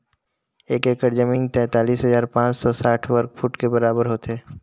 एक एकड़ जमीन तैंतालीस हजार पांच सौ साठ वर्ग फुट के बराबर होथे